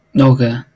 Okay